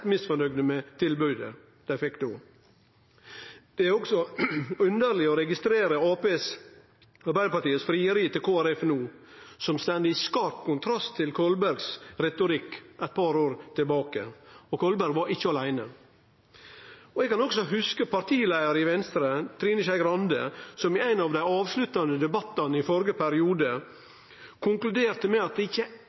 misnøgde med tilbodet dei då fekk. Det er underleg å registrere Arbeidarpartiet sitt frieri til Kristeleg Folkeparti no. Det står i sterk kontrast til Kolbergs retorikk eit par år tilbake. Kolberg var ikkje åleine. Eg kan også hugse partileiaren i Venstre, Trine Skei Grande, som i ein av dei avsluttande debattane i førre periode